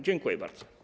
Dziękuję bardzo.